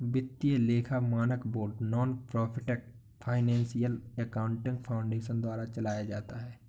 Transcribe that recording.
वित्तीय लेखा मानक board nonprofit financial accounting foundation द्वारा चलाया जाता है